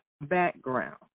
background